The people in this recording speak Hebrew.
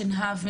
רענן,